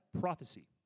prophecy